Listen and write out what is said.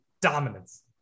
dominance